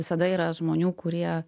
visada yra žmonių kurie